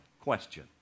question